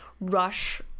rush